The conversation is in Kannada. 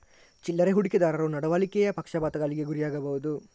ಚಿಲ್ಲರೆ ಹೂಡಿಕೆದಾರರು ನಡವಳಿಕೆಯ ಪಕ್ಷಪಾತಗಳಿಗೆ ಗುರಿಯಾಗಬಹುದು